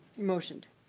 motioned.